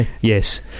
Yes